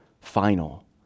final